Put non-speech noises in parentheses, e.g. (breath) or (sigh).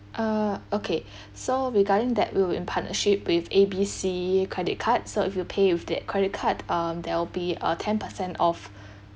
uh okay (breath) so regarding that we're in partnership with A B C credit card so if you pay with their credit card um there'll be a ten percent off